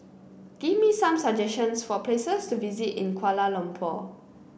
give me some suggestions for places to visit in Kuala Lumpur